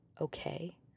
okay